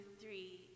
three